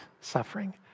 suffering